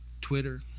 Twitter